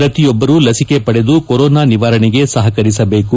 ಪ್ರತಿಯೊಬ್ಬರು ಲಸಿಕೆ ಪಡೆದು ಕೊರೋನಾ ನಿವಾರಣೆಗೆ ಸಹಕರಿಸಬೇಕು